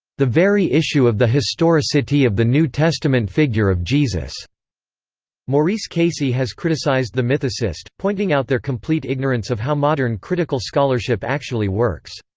the very issue of the historicity of the new testament figure of jesus maurice casey has criticized the mythicists, pointing out their complete ignorance of how modern critical scholarship actually works.